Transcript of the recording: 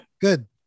Good